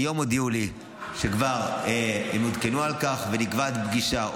היום הודיעו לי שהם כבר עודכנו על כך ונקבעת פגישה.